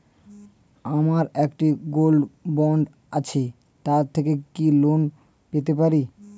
আমার একটি gold bond আছে তার থেকে কি লোন পেতে পারি?